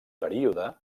període